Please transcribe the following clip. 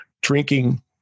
drinking